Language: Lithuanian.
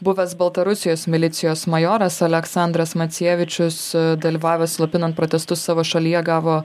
buvęs baltarusijos milicijos majoras aleksandras macievičius dalyvavęs slopinant protestus savo šalyje gavo